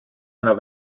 einer